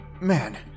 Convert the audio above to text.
man